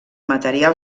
material